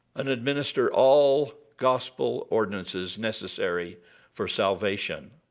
and administer all gospel ordinances necessary for salvation.